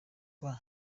vuba